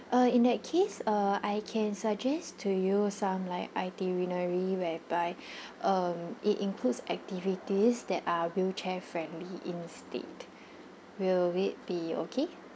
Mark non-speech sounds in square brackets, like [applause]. uh in that case uh I can suggest to you some like itinerary whereby [breath] um it includes activities that are wheelchair friendly instead will it be okay